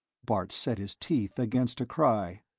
bart set his teeth against a cry.